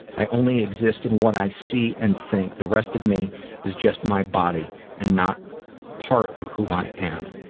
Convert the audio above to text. i only exist in what i see and think. the rest of me is just my body and not part of who i am.